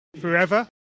forever